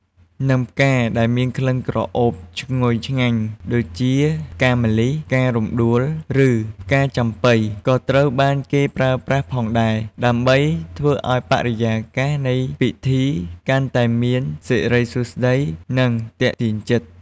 និងផ្កាដែលមានក្លិនក្រអូបឈ្ងុយឆ្ងាញ់ ដូចជាផ្កាម្លិះ ផ្ការំដួល ឬផ្កាចំប៉ី ក៏ត្រូវបានគេប្រើប្រាស់ផងដែរ ដើម្បីធ្វើឱ្យបរិយាកាសនៃពិធីកាន់តែមានសិរីសួស្តី និងទាក់ទាញចិត្ត។